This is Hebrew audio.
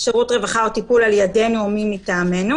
שירות רווחה או טיפול על ידינו או מי מטעמנו,